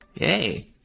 Yay